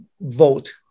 vote